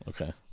Okay